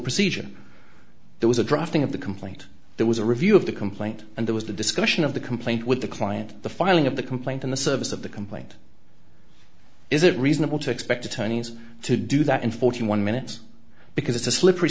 procedure there was a drafting of the complaint there was a review of the complaint and there was a discussion of the complaint with the client the filing of the complaint in the service of the complaint is it reasonable to expect attorneys to do that in forty one minutes because it's a slippery